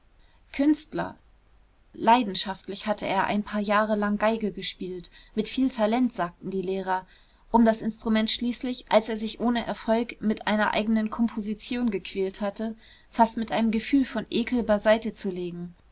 künstler leidenschaftlich hatte er ein paar jahre lang geige gespielt mit viel talent sagten die lehrer um das instrument schließlich als er sich ohne erfolg mit einer eigenen komposition gequält hatte fast mit einem gefühl von ekel beiseite zu legen